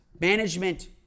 management